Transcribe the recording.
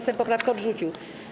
Sejm poprawkę odrzucił.